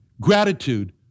Gratitude